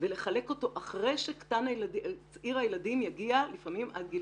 ולחלק אותו אחרי שצעיר הילדים יגיע לפעמים עד גיל